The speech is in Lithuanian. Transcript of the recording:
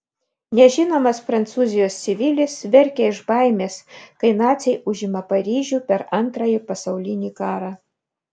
nežinomas prancūzijos civilis verkia iš baimės kai naciai užima paryžių per antrąjį pasaulinį karą